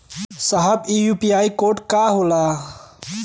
साहब इ UPI code का होला?